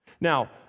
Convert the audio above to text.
Now